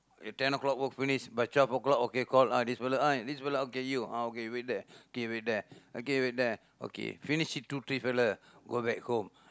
ten o-clock work finish by twelve o-clock okay call ah this fella ah this fella ah okay you ah okay wait there K wait there okay wait there okay finish it two three fella go back home